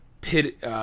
pit